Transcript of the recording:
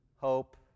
hope